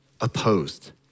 opposed